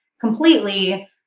completely